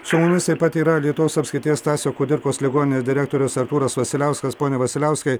su mumis taip pat yra alytaus apskrities stasio kudirkos ligoninės direktorius artūras vasiliauskas pone vasiliauskai